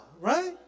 right